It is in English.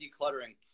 decluttering